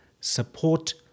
support